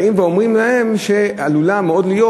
באים ואומרים להם שעלולה מאוד להיות,